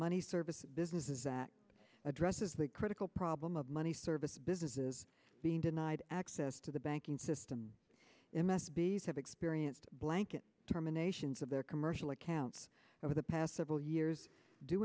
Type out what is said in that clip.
money service businesses that addresses the critical problem of money service businesses being denied access to the banking system m s b have experienced blanket terminations of their commercial accounts over the past several years due